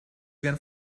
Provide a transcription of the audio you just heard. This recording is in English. again